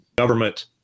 Government